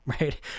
right